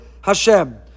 Hashem